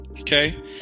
Okay